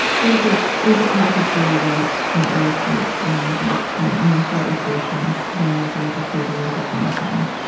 there's ah there's a passage where you write and illustrate about you start with gershwin, dying at the age of thirty eight of a brain tumor.